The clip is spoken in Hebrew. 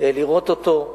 לראות אותו,